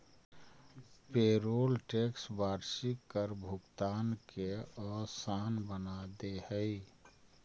payroll tax वार्षिक कर भुगतान के असान बना दे हई